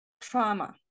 Trauma